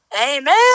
Amen